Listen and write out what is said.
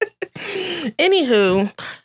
Anywho